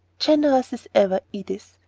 generous as ever, edith,